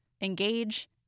engage